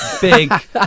big